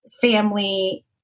family